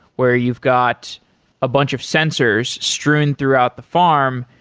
where you've got a bunch of sensors strewn throughout the farm,